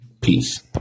Peace